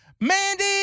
Mandy